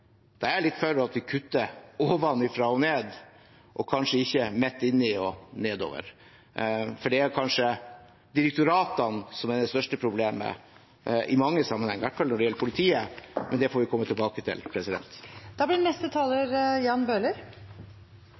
er jeg litt for at vi kutter ovenfra og ned og kanskje ikke midt inni og nedover, for det er kanskje direktoratene som er det største problemet i mange sammenhenger, i hvert fall når det gjelder politiet. Men det får vi komme tilbake til.